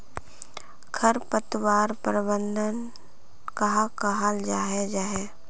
खरपतवार प्रबंधन कहाक कहाल जाहा जाहा?